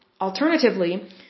Alternatively